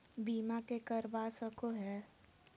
बीमा के करवा सको है?